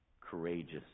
courageous